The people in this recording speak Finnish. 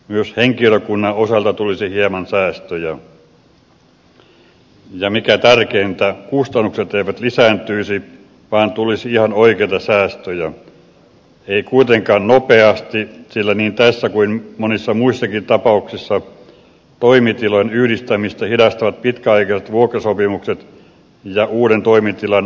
myös henkilökunnan osalta tulisi hieman säästöjä ja mikä tärkeintä kustannukset eivät lisääntyisi vaan tulisi ihan oikeita säästöjä ei kuitenkaan nopeasti sillä niin tässä kuin monissa muissakin tapauksissa toimitilojen yhdistämistä hidastavat pitkäaikaiset vuokrasopimukset ja uuden toimitilan rakentamistarpeet